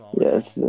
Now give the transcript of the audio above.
yes